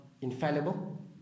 infallible